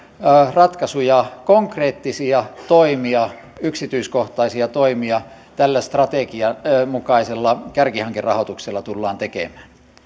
ratkaisuja konkreettisia yksityiskohtaisia toimia tällä strategian mukaisella kärkihankerahoituksella tullaan tekemään